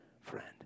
friend